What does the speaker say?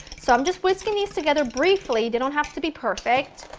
so i'm just whisking these together briefly, they don't have to be perfect,